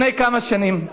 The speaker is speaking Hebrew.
לפני כמה שנים,